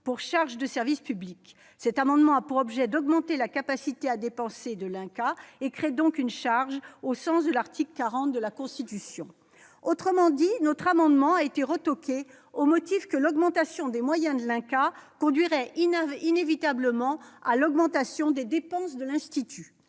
pour charge de service public, cet amendement a pour objet d'augmenter la capacité à dépenser de l'INCa et crée donc une charge au sens de l'article 40 de la Constitution. » Autrement dit, notre amendement a été « retoqué » au motif que l'augmentation des moyens de l'INCa conduirait inévitablement à l'augmentation des dépenses de l'institut.